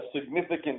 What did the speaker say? significant